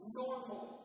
normal